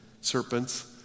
serpents